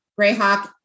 Greyhawk